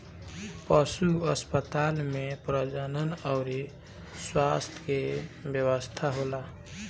पशु अस्पताल में प्रजनन अउर स्वास्थ्य के व्यवस्था होला